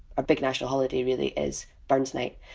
big national holiday really is burns night.